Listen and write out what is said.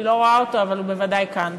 אני לא רואה אותו, אבל הוא בוודאי כאן.